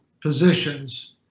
positions